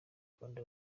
rwanda